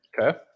Okay